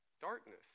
darkness